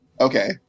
Okay